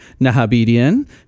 nahabedian